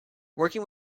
working